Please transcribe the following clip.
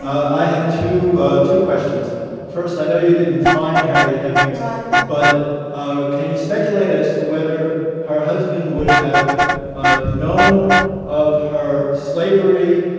i have two two question. first, i know you didn't find harriet hemings right. but ah can you speculate as to whether her husband would have known of her slavery